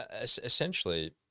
essentially